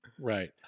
Right